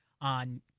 on